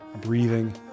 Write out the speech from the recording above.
breathing